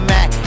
Mac